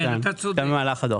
כן, גם במהלך הדוח.